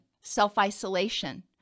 self-isolation